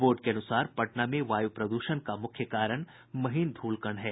board के अनुसार पटना में वायु प्रदूषण का मुख्य कारण महीन धूलकण है